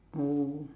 oh